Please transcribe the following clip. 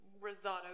risotto